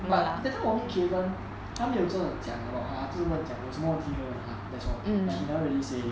but that time 我 meet kevan 他没有真的讲的 lor ah 他只是跟我讲有什么提问 you want to ask that's all like he never really say